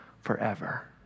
forever